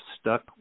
stuck